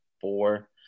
four